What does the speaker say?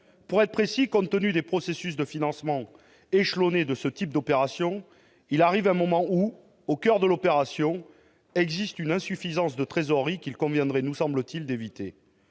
Pour être précis, compte tenu des processus de financement échelonné de ce type d'opérations, il arrive un moment où il y a, au coeur de l'opération, une insuffisance de trésorerie qu'il conviendrait, nous semble-t-il, d'éviter,